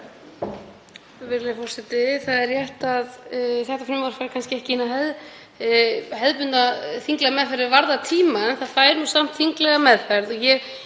Það er rétt að þetta frumvarp fær kannski ekki hina hefðbundnu þinglegu meðferð er varðar tíma, en það fær samt þinglega meðferð